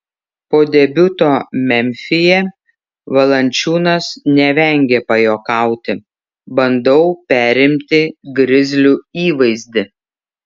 po debiuto memfyje valančiūnas nevengė pajuokauti bandau perimti grizlių įvaizdį